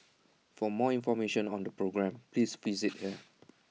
for more information on the programme please visit here